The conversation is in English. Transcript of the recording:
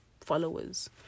followers